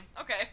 Okay